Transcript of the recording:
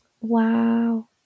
wow